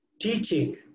teaching